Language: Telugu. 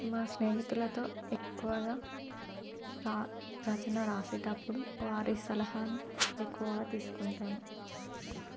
మా స్నేహితులతో ఎక్కువగా రా రచన రాసేటప్పుడు వారి సలహాను ఎక్కువగా తీసుకుంటాను